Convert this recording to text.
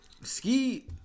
Ski